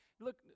Look